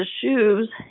shoes